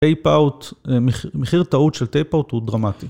טייפאוט, מחיר טעות של טייפאוט הוא דרמטי.